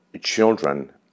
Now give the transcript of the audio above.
children